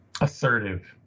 assertive